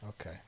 Okay